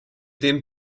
den